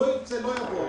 לא ירצה לא יבוא.